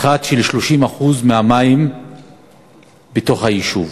פחת של 30% מהמים בתוך היישוב.